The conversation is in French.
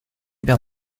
paire